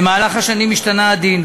במהלך השנים השתנה הדין,